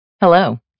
Hello